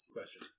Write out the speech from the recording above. Question